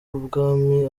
ubwami